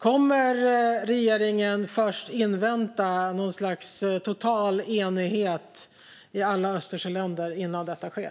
Kommer regeringen först att invänta något slags total enighet i alla Östersjöländer innan detta sker?